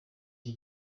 iki